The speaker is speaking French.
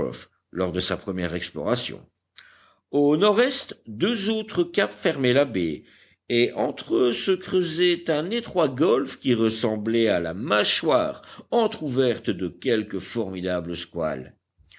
lors de sa première exploration au nordest deux autres caps fermaient la baie et entre eux se creusait un étroit golfe qui ressemblait à la mâchoire entr'ouverte de quelque formidable squale